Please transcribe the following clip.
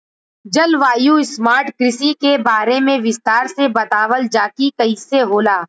जलवायु स्मार्ट कृषि के बारे में विस्तार से बतावल जाकि कइसे होला?